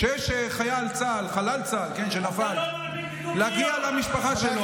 כשיש חייל צה"ל, חלל צה"ל שנפל, להגיע למשפחה שלו,